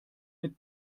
mit